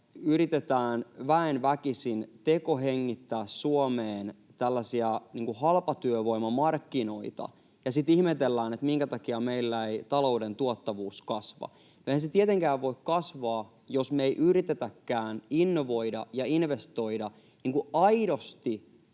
yritetään väen väkisin tekohengittää Suomeen tällaisia halpatyövoimamarkkinoita ja sitten ihmetellään, minkä takia meillä ei talouden tuottavuus kasva. No eihän se tietenkään voi kasvaa, jos me ei yritetäkään innovoida ja investoida aidosti